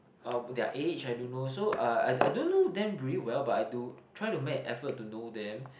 uh their age I don't know so uh I I don't know them very well but I do try to make an effort to know them